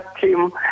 team